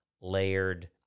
layered